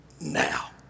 now